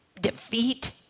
Defeat